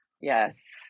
Yes